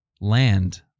land